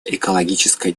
экологически